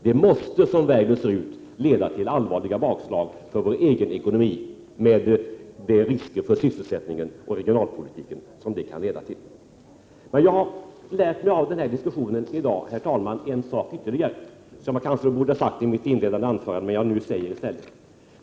Det måste, som världen ser ut, leda till allvarliga bakslag för vår egen ekonomi med de risker för sysselsättningen och regionalpolitiken som det kan föra med sig. Herr talman! Av diskussionen i dag har jag lärt mig en sak ytterligare; kanske borde jag ha sagt det i mitt inledande anförande, men jag säger det nu i stället.